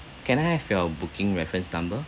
can I have your booking reference number